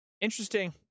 interesting